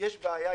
שיש איתם בעיה.